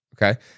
Okay